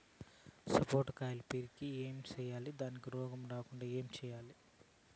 సపోట కాయలు పెరిగేకి ఏమి సేయాలి దానికి రోగాలు రాకుండా ఏమి సేయాలి?